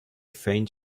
faint